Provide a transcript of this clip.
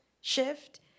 shift